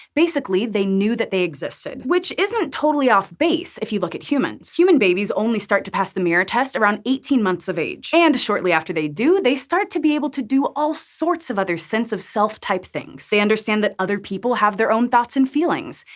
basically, they knew that they existed which isn't totally off base, if you look at humans. human babies only start to pass the mirror test around eighteen months of age. and shortly after they do, they start to be able to do all sorts of other sense-of-self-type things. they understand that other people have their own thoughts and feelings.